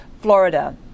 Florida